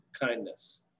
kindness